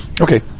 Okay